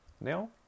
now